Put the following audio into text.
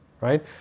right